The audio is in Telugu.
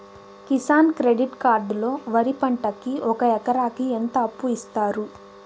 కిసాన్ క్రెడిట్ కార్డు లో వరి పంటకి ఒక ఎకరాకి ఎంత అప్పు ఇస్తారు?